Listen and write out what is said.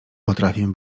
potrafię